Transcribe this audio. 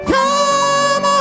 Come